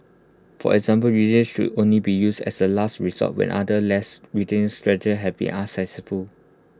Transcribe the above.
for example restraints should only be used as A last resort when other less restrict strategies have been unsuccessful